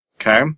okay